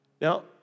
Now